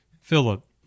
philip